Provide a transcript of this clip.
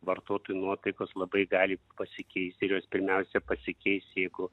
vartotojų nuotaikos labai gali pasikeist ir jos pirmiausia pasikeis jeigu